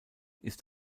ist